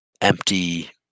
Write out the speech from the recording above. empty